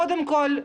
קודם כול,